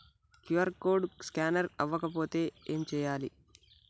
QR code scanner అవ్వకపోతే ఏం చేయాలి?